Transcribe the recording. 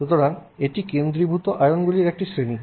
সুতরাং এটি কেন্দ্রীভূত আয়নগুলির একটি শ্রেণী